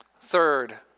Third